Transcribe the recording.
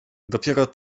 dopiero